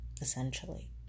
essentially